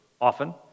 often